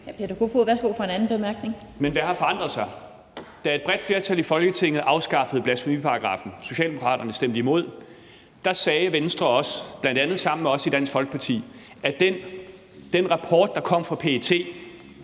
Men hvad har forandret sig? Da et bredt flertal i Folketinget afskaffede blasfemiparagraffen og Socialdemokraterne stemte imod, sagde Venstre også, bl.a. sammen med os i Dansk Folkeparti, at den rapport, der kom fra PET,